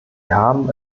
haben